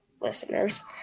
listeners